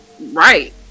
right